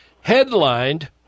headlined